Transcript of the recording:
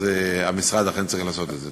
אז המשרד אכן צריך לעשות את זה.